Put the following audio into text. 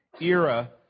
era